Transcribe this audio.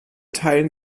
teilen